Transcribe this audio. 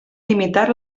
limitar